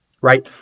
right